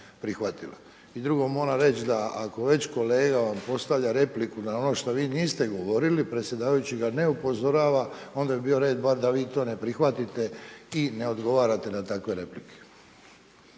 I drugo, moram reći da ako već kolega vam postavlja repliku na ono što vi niste govorili, predsjedavajući ga ne upozorava onda bi bio red bar da vi to ne prihvatite i ne odgovarate na takve replike.